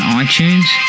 iTunes